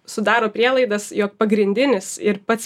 sudaro prielaidas jog pagrindinis ir pats